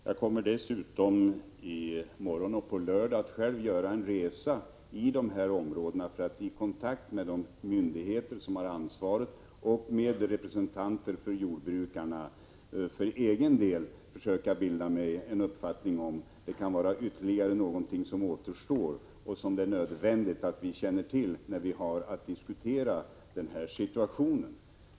Jag kommer dessutom i morgon och på lördag att själv göra en resa i de här områdena för att, i kontakt med de myndigheter som har ansvaret och med representanter för jordbrukarna, försöka bilda mig en egen uppfattning om huruvida det finns något som återstår och som är nödvändigt att känna till när vi skall diskutera den aktuella situationen.